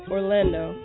Orlando